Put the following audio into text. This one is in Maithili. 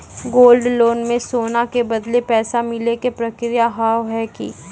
गोल्ड लोन मे सोना के बदले पैसा मिले के प्रक्रिया हाव है की?